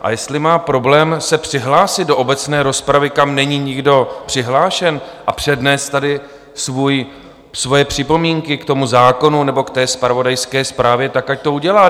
A jestli má problém se přihlásit do obecné rozpravy, kam není nikdo přihlášen, a přednést tady své připomínky k zákonu nebo k té zpravodajské zprávě, tak ať to udělá.